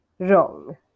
Wrong